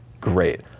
Great